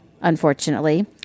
unfortunately